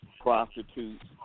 prostitutes